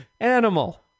animal